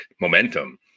momentum